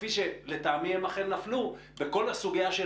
כפי שלטעמי הם אכן נפלו בכל הסוגיה של